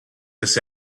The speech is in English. this